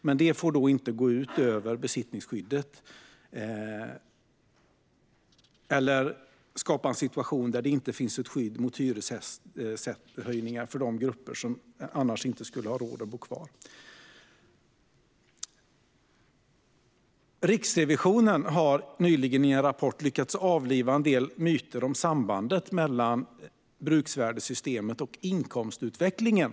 Men det får inte gå ut över besittningsskyddet eller skapa en situation där det inte finns skydd mot hyreshöjningar för de grupper som då inte skulle ha råd att bo kvar. Riksrevisionen har i en rapport nyligen lyckats avliva en del myter om sambandet mellan bruksvärdessystemet och inkomstutvecklingen.